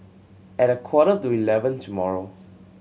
at a quarter to eleven tomorrow